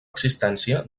existència